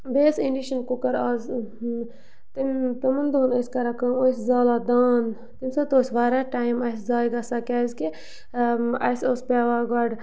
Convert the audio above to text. بیٚیہِ ٲسۍ induction cooker آز تِم تِمَن دۄہَن ٲسۍ کران کٲم ٲسۍ زالان دان تَمہِ سۭتۍ تہِ اوس واریاہ ٹایم اَسہِ ضایع گژھان کیٛازکہِ اَسہِ اوس پٮ۪وان گۄڈٕ